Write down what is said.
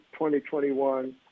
2021